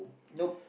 nope